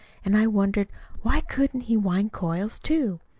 and i wondered why couldn't he wind coils, too?